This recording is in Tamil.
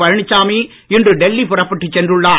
பழனிசாமி இன்று டெல்லி புறப்பட்டுச் சென்றுள்ளார்